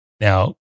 Now